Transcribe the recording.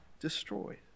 destroyed